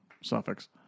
suffix